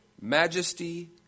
majesty